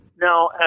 Now